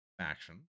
Action